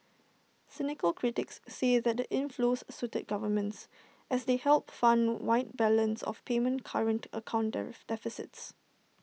cynical critics say that the inflows suited governments as they helped fund wide balance of payment current account deficits